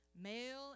male